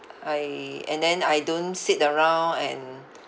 I and then I don't sit around and